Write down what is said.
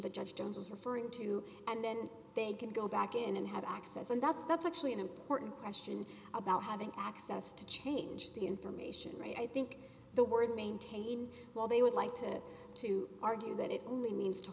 the judge jones was referring to and then they can go back in and have access and that's that's actually an important question about having access to change the information right i think the word maintain while they would like to to argue that it only means to